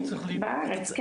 בארץ,